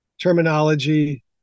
terminology